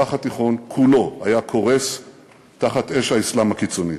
המזרח התיכון כולו היה קורס תחת אש האסלאם הקיצוני.